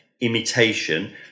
imitation